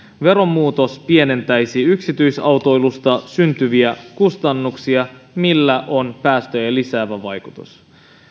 veromuutos pienentäisi yksityisautoilusta syntyviä kustannuksia millä on päästöjä lisäävä vaikutus